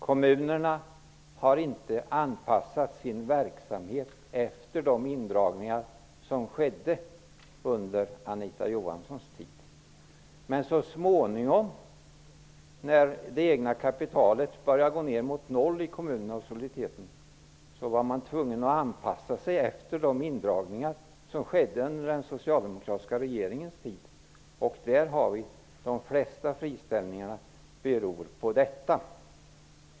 Kommunerna har inte anpassat verksamheten efter de indragningar som Anita Johansson var med om att införa. Men så småningom, när det egna kapitalet och soliditeten i kommunerna började att gå ner mot noll, var de tvungna att anpassa sig till de indragningar som skedde under den socialdemokratiska regeringens tid. De flesta friställningar beror på detta.